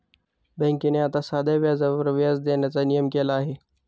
बँकेने आता साध्या व्याजावर व्याज देण्याचा नियम केला आहे